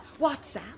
WhatsApp